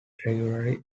regularly